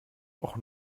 och